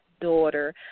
daughter